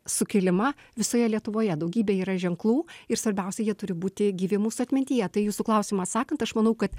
sukilimą visoje lietuvoje daugybė yra ženklų ir svarbiausia jie turi būti gyvi mūsų atmintyje tai į jūsų klausimą atsakant aš manau kad